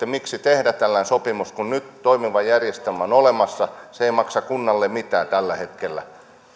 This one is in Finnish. miksi tehdä tällainen sopimus kun nyt on toimiva järjestelmä olemassa se ei maksa kunnalle mitään tällä hetkellä